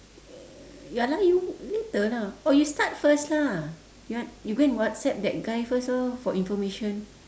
uh ya lah you later lah or you start first lah you want you go and whatsapp that guy first orh for information